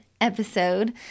episode